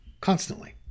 constantly